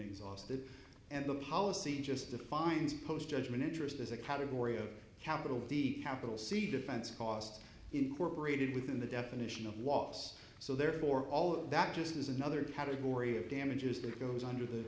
exhausted and the policy just defines post judgment interest as a category of capital the capital c defense costs incorporated within the definition of loss so therefore all that just is another category of damages that goes under the